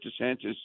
DeSantis